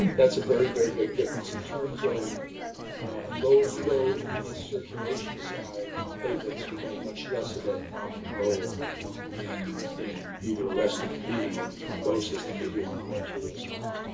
that's a very, very big difference in terms of ah low flow venous circulation side. platelets play much less of a prominent role in in either arrest of bleeding or in thrombosis than they do on the arterial side.